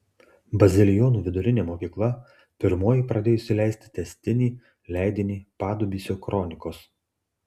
bazilionų vidurinė mokykla pirmoji pradėjusi leisti tęstinį leidinį padubysio kronikos